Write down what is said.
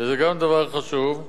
וזה גם דבר חשוב.